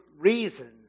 reasons